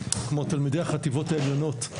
כמו תלמידי החטיבות העליונות,